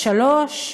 שלוש שעות?